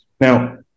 Now